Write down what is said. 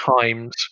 times